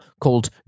called